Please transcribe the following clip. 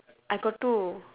I got two